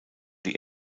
die